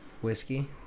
Whiskey